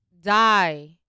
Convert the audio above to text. die